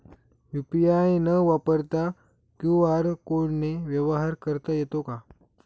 UPI न वापरता QR कोडने व्यवहार करता येतो का?